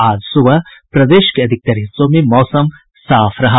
आज सुबह प्रदेश के अधिकतर हिस्सों में मौसम साफ रहा